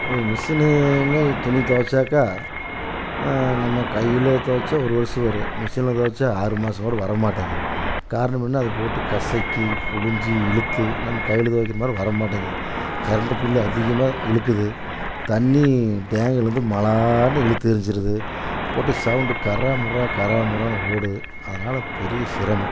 மிஷினுன்னு துணி துவைச்சாக்கா நம்ம கையில் துவைச்சா ஒரு வருஷம் வரும் மிஷினில் துவைச்சா ஆறு மாதம் கூட வர மாட்டேங்குது காரணம் என்னா அது போட்டு கசக்கி புழிஞ்சு இழுத்து நம்ம கையில் துவைக்கிற மாதிரி வர மாட்டேங்குது கரெண்ட்டு பில்லு அதிகமாக இழுக்குது தண்ணி டேங்க்லிருந்து மலான்னு இழுத்து எரிச்சுருது போட்டு சௌண்டு கரா முரா கரா முரானு ஓடுது அதனால பெரிய சிரமம்